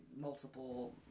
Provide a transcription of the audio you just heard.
multiple